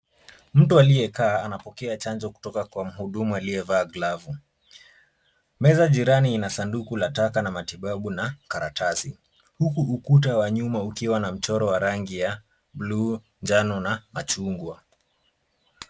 Mtu aliyekaa anapokea chanjo kwa mhudumu aliyevaa glavu. Meza jirani ina sanduku la taka na matibabu na karatasi , huku ukuta wa nyuma ukiwa na mchoro wa rangi ya bluu, njano na machungwa.